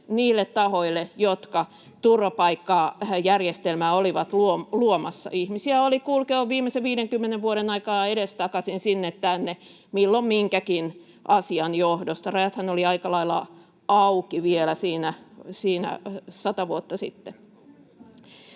niille tahoille, jotka turvapaikkajärjestelmää olivat luomassa. Ihmisiä oli kulkenut viimeisen 50 vuoden aikana edestakaisin sinne tänne milloin minkäkin asian johdosta. Rajathan olivat aika lailla auki vielä siinä sata vuotta sitten.